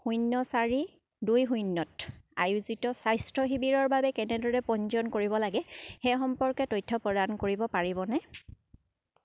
শূন্য চাৰি দুই শূন্যত আয়োজিত স্বাস্থ্য শিবিৰৰ বাবে কেনেদৰে পঞ্জীয়ন কৰিব লাগে সেই সম্পৰ্কে তথ্য প্ৰদান কৰিব পাৰিবনে